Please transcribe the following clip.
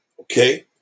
okay